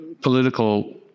political